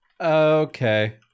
Okay